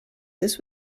this